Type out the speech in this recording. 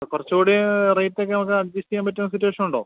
കുറച്ചു കൂടി റേറ്റെക്കെ നമുക്ക് അഡ്ജറ്റ് ചെയ്യാൻ പറ്റുന്ന സിറ്റുവേഷൻ ഉണ്ടോ